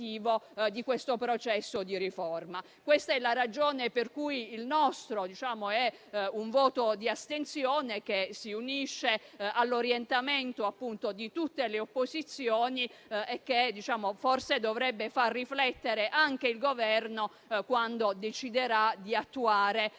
di questo processo di riforma. Questa è la ragione per cui il nostro è un voto di astensione, che si unisce all'orientamento di tutte le opposizioni e che forse dovrebbe far riflettere anche il Governo quando deciderà di attuare la